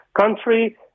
country